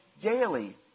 daily